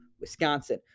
Wisconsin